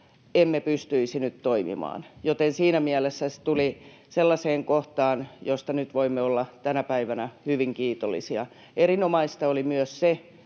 emme pystyisi nyt toimimaan, joten siinä mielessä se tuli sellaiseen kohtaan, että siitä nyt voimme olla tänä päivänä hyvin kiitollisia. Erinomaista oli myös se,